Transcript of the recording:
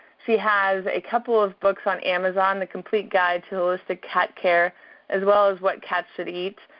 she has a couple of books on amazon, the complete guide to holistic cat care as well as what cats should eat.